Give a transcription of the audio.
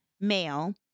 male